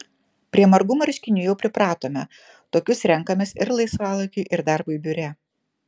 prie margų marškinių jau pripratome tokius renkamės ir laisvalaikiui ir darbui biure